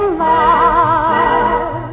love